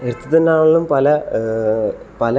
എർത്തിൽ തന്നെ ആണെങ്കിലും പല പല